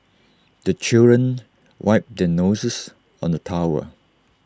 the children wipe their noses on the towel